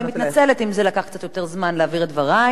אני מתנצלת אם זה לקח קצת יותר זמן להבהיר את דברייך,